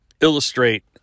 illustrate